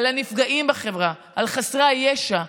על הנפגעים בחברה, על חסרי הישע.